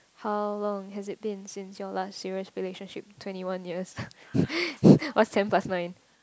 how long has it been since your last serious relationship twenty one years what's ten plus nine